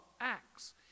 Acts